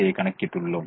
ஐ கணக்கிட்டுள்ளோம்